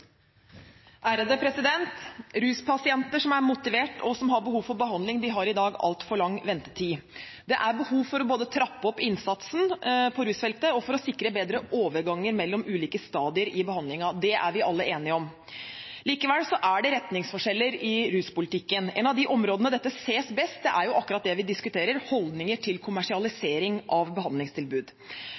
motivert og som har behov for behandling, møter i dag altfor lang ventetid. Det er behov både for å trappe opp innsatsen på rusfeltet og for å sikre bedre overganger mellom ulike stadier i behandlingen. Det er vi alle enige om. Likevel er det retningsforskjeller i ruspolitikken. Et av de områdene hvor dette ses best, er akkurat det vi diskuterer nå: holdninger til kommersialisering av